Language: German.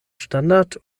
standard